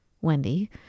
Wendy